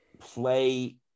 play